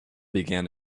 began